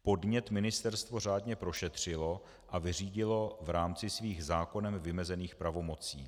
Podnět ministerstvo řádně prošetřilo a vyřídilo v rámci svých zákonem vymezených pravomocí.